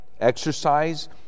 exercise